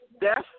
death